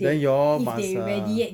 then you all must uh